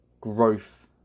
growth